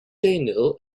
daniel